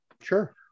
sure